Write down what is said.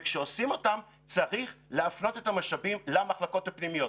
וכשעושים אותם צריך להפנות את המשאבים למחלקות הפנימיות,